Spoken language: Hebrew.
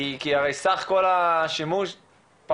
כי הרי סך כל השימוש הוא מטריד,